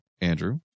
Andrew